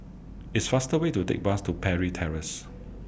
It's faster Way to Take Bus to Parry Terrace